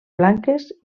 blanques